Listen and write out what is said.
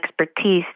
expertise